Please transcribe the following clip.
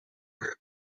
group